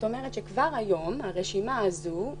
נכון שהיום הרשימה הזאת היא